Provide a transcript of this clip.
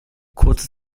kurze